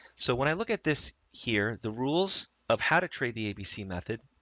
so when i look at this here, the rules of how to trade the abc method,